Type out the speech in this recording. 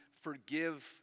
forgive